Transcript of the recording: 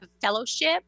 fellowship